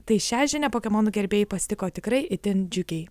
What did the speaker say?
tai šią žinią pokemonų gerbėjai pasitiko tikrai itin džiugiai